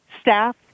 staff